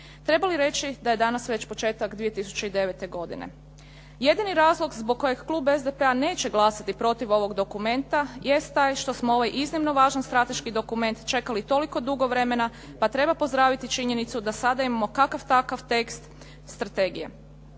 Treba li reći da je danas već početak 2009. godine. Jedini razlog zbog kojeg klub SDP-a neće glasati protiv ovog dokumenta jest taj što smo ovaj iznimno važan strateški dokument čekali toliko dugo vremena pa treba pozdraviti činjenicu da sada imamo kakav takav tekst strategije,